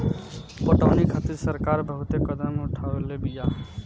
पटौनी खातिर सरकार बहुते कदम उठवले बिया